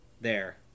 There